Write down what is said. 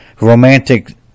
romantic